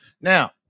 Now